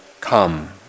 Come